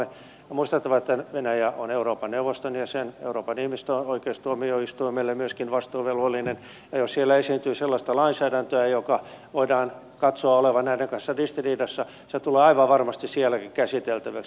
on muistettava että venäjä on euroopan neuvoston jäsen euroopan ihmisoikeustuomioistuimelle myöskin vastuuvelvollinen ja jos siellä esiintyy sellaista lainsäädäntöä jonka voidaan katsoa olevan näiden kanssa ristiriidassa se tulee aivan varmasti sielläkin käsiteltäväksi